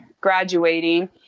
graduating